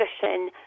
discussion